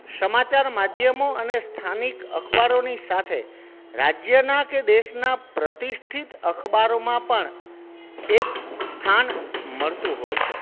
સમાચાર માધ્યમો અને સ્થાનિક અખબારોની સાથે રાજ્યના કે દેશના પ્રતિષ્ઠિત અખબારોમાં પણ એક સ્થાન મળતું હોય છે